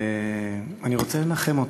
ואני רוצה לנחם אותך,